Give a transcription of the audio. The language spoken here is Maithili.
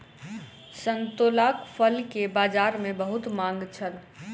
संतोलाक फल के बजार में बहुत मांग छल